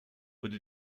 wurde